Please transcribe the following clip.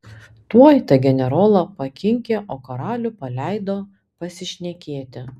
tuoj tą generolą pakinkė o karalių paleido pasišnekėti